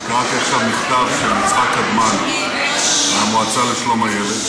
אני קראתי עכשיו מכתב של יצחק קדמן מהמועצה לשלום הילד,